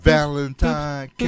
Valentine